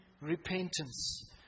repentance